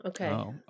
Okay